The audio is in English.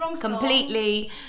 completely